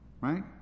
Right